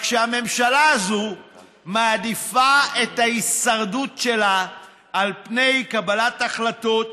רק שהממשלה הזו מעדיפה את ההישרדות שלה על פני קבלת החלטות